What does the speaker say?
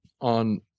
on